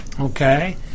Okay